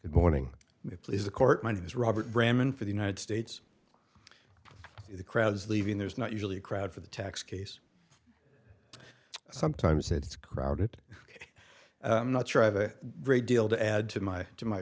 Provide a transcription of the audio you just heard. good morning please the court might have as robert bremen for the united states crowds leaving there's not usually a crowd for the tax case sometimes it's crowded i'm not sure i have a great deal to add to my to my